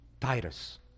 Titus